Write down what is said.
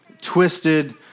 twisted